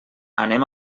anem